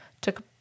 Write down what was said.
took